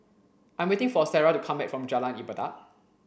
I'm waiting for Sarrah to come back from Jalan Ibadat